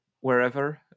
wherever